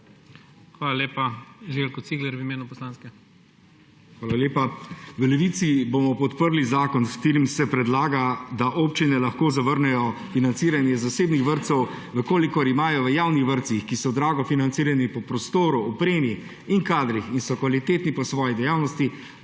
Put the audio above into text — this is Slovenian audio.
Hvala lepa. Željko Cigler v imenu poslanske. ŽELJKO CIGLER (PS Levica): Hvala lepa. V Levici bomo podprli zakon, s katerim se predlaga, da občine lahko zavrnejo financiranje zasebnih vrtcev, v kolikor imajo v javnih vrtcih, ki so drago financirani po prostoru, opremi in kadrih in so kvalitetni po svoji dejavnosti,